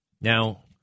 Now